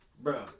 bro